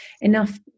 enough